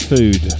Food